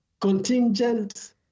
contingent